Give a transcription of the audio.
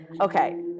Okay